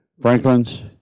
Franklin's